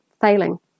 failing